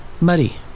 muddy